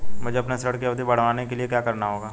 मुझे अपने ऋण की अवधि बढ़वाने के लिए क्या करना होगा?